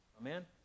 Amen